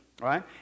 right